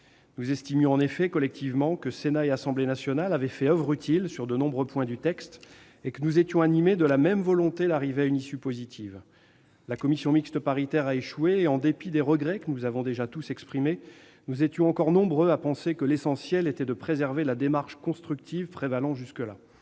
Nous estimions en effet, collectivement, que le Sénat et l'Assemblée nationale avaient fait oeuvre utile sur de nombreux points du texte et que nous étions animés par la même volonté d'arriver à une issue positive. La commission mixte paritaire a échoué et, en dépit des regrets que nous avons déjà tous exprimés, nous étions nombreux à penser que l'essentiel était de préserver la démarche constructive qui avait prévalu jusque-là.